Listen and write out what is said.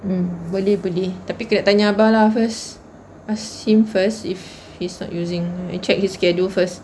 mm boleh boleh tapi kena tanya abah lah first ask him first if he's not using check his schedule first